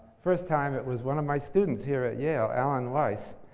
first time, it was one of my students here at yale, allan weiss.